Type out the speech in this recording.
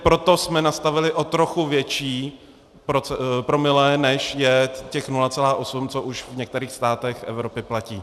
Proto jsme nastavili o trochu větší promile, než je těch 0,8, co už v některých státech Evropy platí.